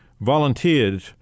volunteered